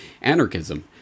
anarchism